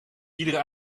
iedere